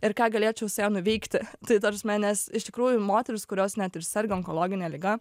ir ką galėčiau nuveikti tai ta prasme nes iš tikrųjų moterys kurios net ir sergant onkologine liga